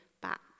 back